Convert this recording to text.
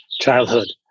childhood